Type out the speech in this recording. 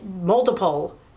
multiple